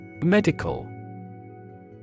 Medical